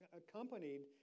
accompanied